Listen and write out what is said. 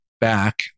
back